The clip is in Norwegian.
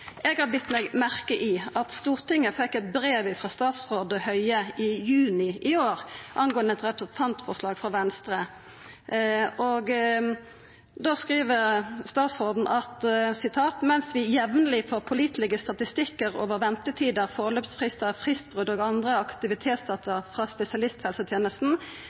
har bite meg merke i at Stortinget fekk eit brev frå statsråd Høie i juni i år angåande eit representantforslag frå Venstre. Der skriv statsråden: «Mens vi jevnlig får pålitelige statistikker over ventetider, forløpstider, fristbrudd og andre aktivitetsdata fra spesialisthelsetjenesten,